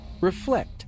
reflect